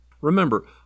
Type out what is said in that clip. Remember